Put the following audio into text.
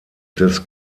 des